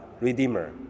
Redeemer